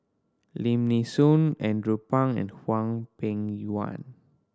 Lim Nee Soon Andrew Phang and Hwang Peng Yuan